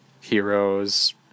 Heroes